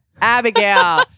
Abigail